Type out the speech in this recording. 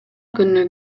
күнү